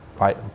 right